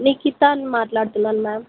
నిఖితాని మాట్లాడున్నాన్ మ్యామ్